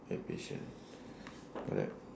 have patient correct